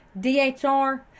DHR